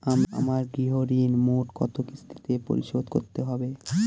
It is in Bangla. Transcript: আমার গৃহঋণ মোট কত কিস্তিতে পরিশোধ করতে হবে?